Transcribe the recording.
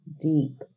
deep